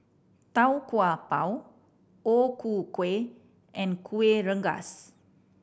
Tau Kwa Pau O Ku Kueh and Kuih Rengas